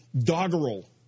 doggerel